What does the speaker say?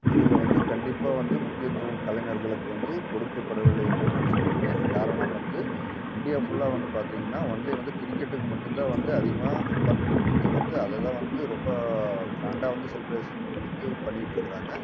இதில் வந்து கண்டிப்பாக வந்து முக்கியத்துவம் கலைஞர்களுக்கு வந்து கொடுக்கப்படவில்லை என்றே நான் சொல்கிறேன் காரணம் வந்து இந்தியா ஃபுல்லா வந்து பார்த்திங்னா ஒன்லி வந்து கிரிக்கெட்டுக்கு மட்டும் தான் வந்து அதிகமாக இம்பார்ட்டன்ட் கொடுத்து வந்து அதைதான் வந்து ரொம்ப கிராண்டாக வந்து செலிப்ரேஷன் கொடுத்து பண்ணிக்கிட்டு இருக்கிறாங்க